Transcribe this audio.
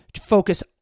focus